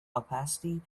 opacity